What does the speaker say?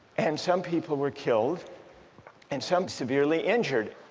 and some people were killed and some severely injured.